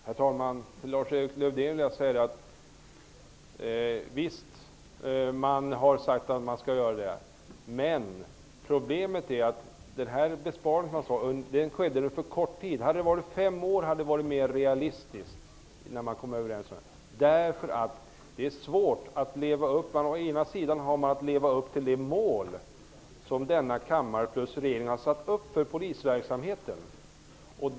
Herr talman! Visst är det sagt att vi skall spara, Lars-Erik Lövdén! Problemet är att man kom överens om att besparingen skall ske på så kort tid. Det hade varit mer realistiskt att göra besparingen på fem år. Polisen har att leva upp till det mål som regeringen och denna kammare har satt upp för polisverksamheten.